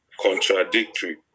contradictory